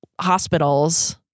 hospitals